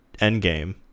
Endgame